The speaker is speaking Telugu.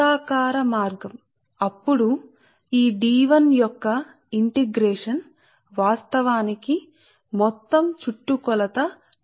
కాబట్టి H x స్థిరం గా ఉంటే H x అప్పుడు ఈ d l dl యొక్క ఇంటెగ్రేషన్ వాస్తవానికి ఇది మీ 2 π x మొత్తం చుట్టుకొలత అవుతుంది సరే